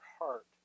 heart